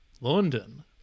London